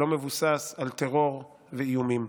שלא מבוסס על טרור ואיומים.